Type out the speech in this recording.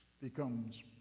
becomes